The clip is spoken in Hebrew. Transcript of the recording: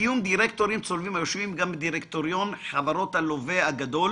שקיום דירקטורים צולבים שיושבים גם בדירקטוריון חברות הלווה הגדול